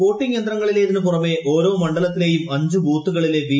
voting യന്ത്രങ്ങളിലേതിനു പുറമെ ഓരോ മണ്ഡലത്തിലെയും അഞ്ച് ബൂത്തുകളിലെ വി